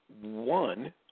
one